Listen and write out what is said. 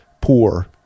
poor